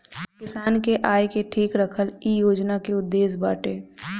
किसान के आय के ठीक रखल इ योजना के उद्देश्य बाटे